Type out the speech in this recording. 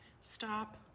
stop